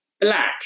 black